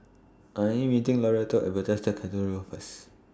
I Am meeting Loretto At Bethesda Cathedral First